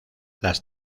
las